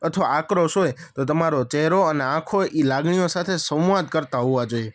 અથવા આક્રોશ હોય તો તમારો ચહેરો અને આંખો એ લાગણીઓ સાથે સંવાદ કરતા હોવા જોઈએ